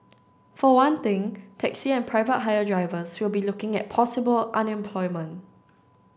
for one thing taxi and private hire drivers will be looking at possible unemployment